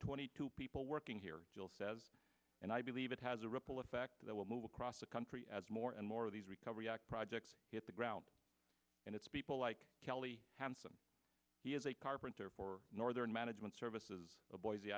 twenty two people working here jill says and i believe it has a ripple effect that will move across the country as more and more of these recovery act projects hit the ground and it's people like kelly handsome he is a carpenter for northern management services boise